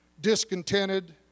discontented